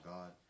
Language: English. God